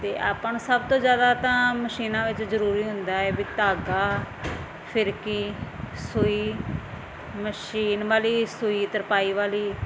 ਅਤੇ ਆਪਾਂ ਨੂੰ ਸਭ ਤੋਂ ਜ਼ਿਆਦਾ ਤਾਂ ਮਸ਼ੀਨਾਂ ਵਿੱਚ ਜ਼ਰੂਰੀ ਹੁੰਦਾ ਹੈ ਵੀ ਧਾਗਾ ਫਿਰਕੀ ਸੂਈ ਮਸ਼ੀਨ ਵਾਲੀ ਸੂਈ ਤਰਪਾਈ ਵਾਲੀ